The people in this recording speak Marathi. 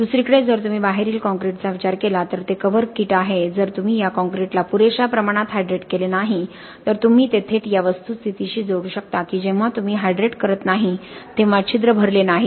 दुसरीकडे जर तुम्ही बाहेरील काँक्रीटचा विचार केला तर ते कव्हर क्रीट आहे जर तुम्ही या काँक्रीटला पुरेशा प्रमाणात हायड्रेट केले नाही तर तुम्ही ते थेट या वस्तुस्थितीशी जोडू शकता की जेव्हा तुम्ही हायड्रेट करत नाही तेव्हा छिद्र भरले नाहीत